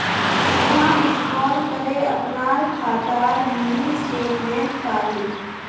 सुधा miss call करे अपनार खातार मिनी स्टेटमेंट पाले